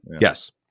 Yes